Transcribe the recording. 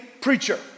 Preacher